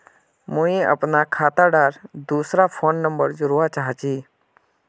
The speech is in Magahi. मुई अपना खाता डात दूसरा फोन नंबर जोड़वा चाहची?